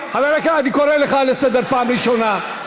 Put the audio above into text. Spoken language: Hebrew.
אני קורא אותך לסדר פעם ראשונה,